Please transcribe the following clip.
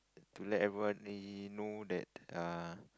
to let everyone ee know that ah